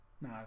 No